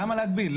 למה להגביל?